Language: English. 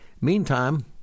meantime